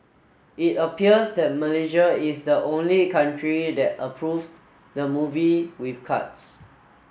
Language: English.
it appears that Malaysia is the only country that approved the movie with cuts